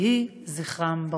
יהי זכרם ברוך.